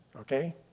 Okay